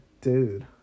dude